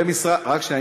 ומשרד, רק שנייה.